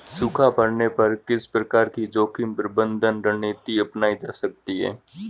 सूखा पड़ने पर किस प्रकार की जोखिम प्रबंधन रणनीति अपनाई जा सकती है?